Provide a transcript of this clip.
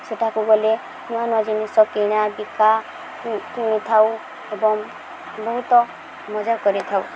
ସେଠାକୁ ଗଲେ ନୂଆ ନୂଆ ଜିନିଷ କିଣାବିକା କିଣିଥାଉ ଏବଂ ବହୁତ ମଜା କରିଥାଉ